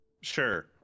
sure